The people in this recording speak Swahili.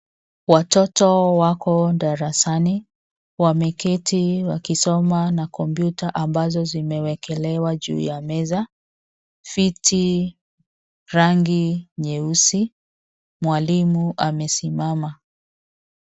Watoto wako darasani. Wameketi wakisoma na kompyuta ambazo zimewekelewa juu ya meza, viti rangi nyeusi, mwalimu amesimama.